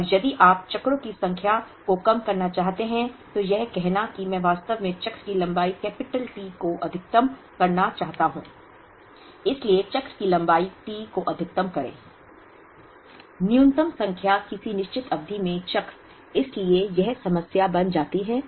और यदि आप चक्रों की संख्या को कम करना चाहते हैं तो यह कहना है कि मैं वास्तव में चक्र की लंबाई कैपिटल T को अधिकतम करना चाहता हूं इसलिए चक्र की लंबाई T को अधिकतम करें न्यूनतम संख्या किसी निश्चित अवधि में चक्र इसलिए यह समस्या बन जाती है